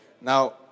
Now